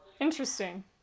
Interesting